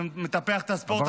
ומטפח את הספורט,